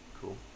Cool